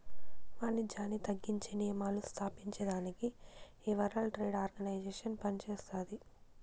వానిజ్యాన్ని తగ్గించే నియమాలు స్తాపించేదానికి ఈ వరల్డ్ ట్రేడ్ ఆర్గనైజేషన్ పనిచేస్తాది